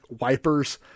wipers